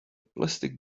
plastic